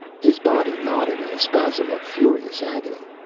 his body knotted in a spasm of furious agony.